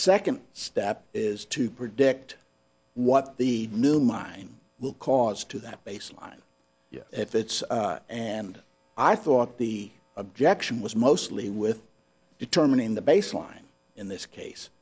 second step is to predict what the new mine will cause to that baseline if it's and i thought the objection was mostly with determining the baseline in this case